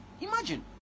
Imagine